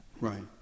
right